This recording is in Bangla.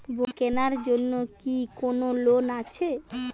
বই কেনার জন্য কি কোন লোন আছে?